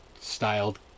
styled